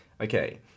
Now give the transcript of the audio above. okay